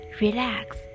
relax